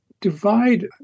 divide